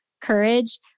courage